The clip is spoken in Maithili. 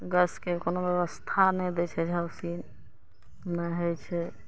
गैस के कोनो व्यवस्था नहि दै छै जबकि नहि होइ छै